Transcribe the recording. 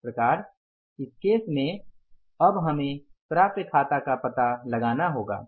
इस प्रकार इस केस में अब हमें प्राप्य खाता का पता लगाना होगा